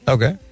Okay